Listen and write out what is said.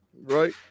right